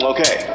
Okay